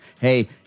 Hey